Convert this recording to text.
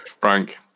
Frank